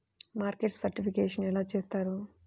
Market certification ఎలా చేస్తారు?